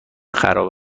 خراب